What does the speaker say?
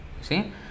see